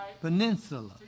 Peninsula